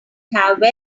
have